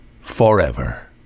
forever